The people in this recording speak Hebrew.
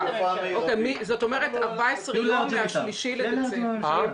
זאת אומרת, 14 יום מה-3 בדצמבר.